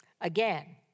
Again